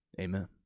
Amen